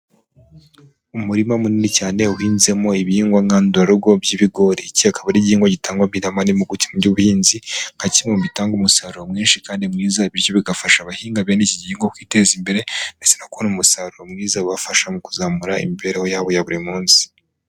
Umurima munini cyane uhinzemo ibihingwa nkadurarugo by'ibigori. Iki kikaba ari igihingwa gitangwa mw'inamamu by' ubuhinzi nka kimwe mubitanga umusaruro mwinshi kandi mwiza bityo bigafasha abahinga bene iki gihugu kwiteza imbere ndetse no kubona umusaruro mwiza ubafasha mu kuzamura imibereho yabo ya buri munsi.